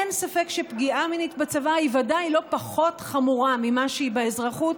אין ספק שפגיעה מינית בצבא היא ודאי לא פחות חמורה ממה שהיא באזרחות,